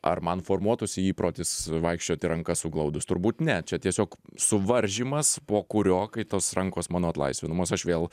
ar man formuotųsi įprotis vaikščioti rankas suglaudus turbūt ne čia tiesiog suvaržymas po kurio kai tos rankos mano atlaisvinamos aš vėl